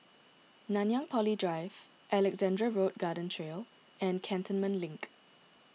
Nanyang Poly Drive Alexandra Road Garden Trail and Cantonment Link